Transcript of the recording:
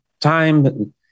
time